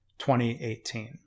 2018